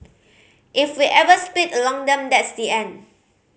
if we ever split along them that's the end